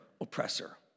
oppressor